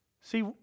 See